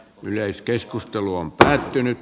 yleiskeskustelu on päättynyt